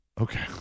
Okay